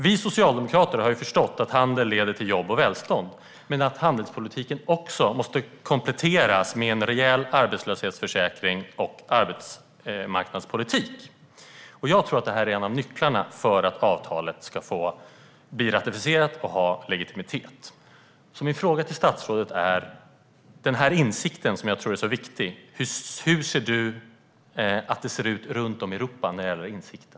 Vi socialdemokrater har förstått att handel leder till jobb och välstånd men att handelspolitiken också måste kompletteras med en rejäl arbetslöshetsförsäkring och arbetsmarknadspolitik. Jag tror att det är en av nycklarna för att avtalet ska ratificeras och få legitimitet. Min fråga till statsrådet är: Hur menar du att det ser ut runt om i Europa när det gäller denna insikt, som jag tror är så viktig?